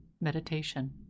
meditation